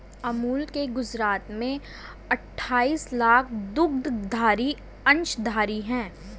अमूल के गुजरात में अठाईस लाख दुग्धधारी अंशधारी है